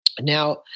Now